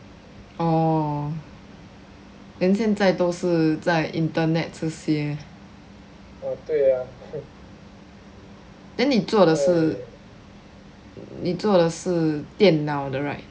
orh then 现在都是在 internet 出现 then 你做的是你做的是电脑的 right